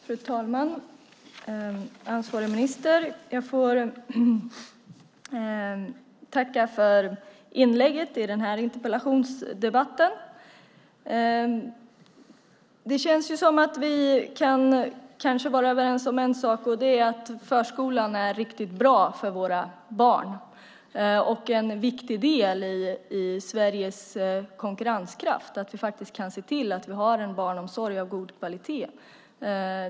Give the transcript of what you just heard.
Fru talman! Ansvarig minister! Jag får tacka för inlägget i denna interpellationsdebatt. Det känns som att vi kanske kan vara överens om en sak, nämligen att förskolan är riktigt bra för våra barn. Det är en viktig del i Sveriges konkurrenskraft att faktiskt se till att vi har en barnomsorg av god kvalitet.